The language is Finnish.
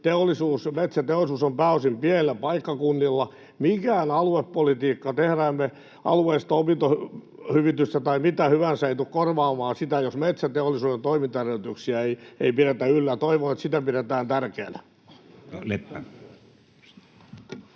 Metsäteollisuus on pääosin pienillä paikkakunnilla. Mikään aluepolitiikka, tehdään me alueellista opintohyvitystä tai mitä hyvänsä, ei tule korvaamaan sitä, jos metsäteollisuuden toimintaedellytyksiä ei pidetä yllä. Toivon, että sitä pidetään tärkeänä.